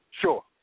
Sure